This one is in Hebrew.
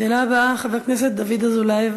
השאלה הבאה, חבר הכנסת דוד אזולאי.